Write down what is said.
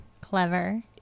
Clever